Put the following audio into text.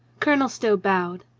colonel stow bowed.